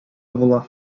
була